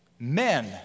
Men